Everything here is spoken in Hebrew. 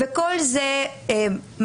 וכל זה מדוע?